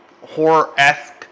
horror-esque